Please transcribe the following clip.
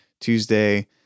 tuesday